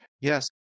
Yes